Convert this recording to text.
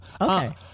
Okay